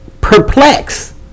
perplexed